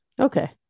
Okay